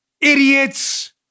Idiots